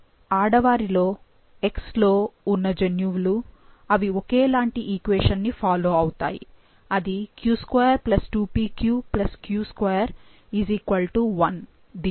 అయితే ఆడవారిలో X లో ఉన్న జన్యువులు అవి ఒకేలాంటి ఈక్వేషన్ ని ఫాలో అవుతాయి అది q22pq q2 1 దీనిని